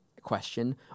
question